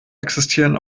existieren